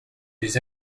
des